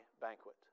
banquet